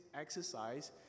exercise